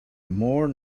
more